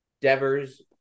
Devers